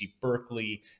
Berkeley